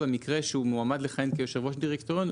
במקרה שהוא מועמד לכהן כיושב ראש דירקטוריון,